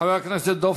חבר הכנסת דב